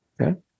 Okay